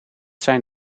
zijn